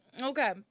okay